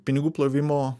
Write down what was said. pinigų plovimo